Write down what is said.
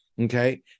okay